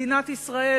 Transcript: מדינת ישראל,